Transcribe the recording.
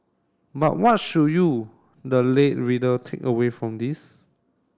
but what should you the lay reader take away from this